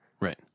Right